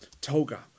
toga